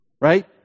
Right